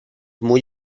muy